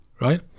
right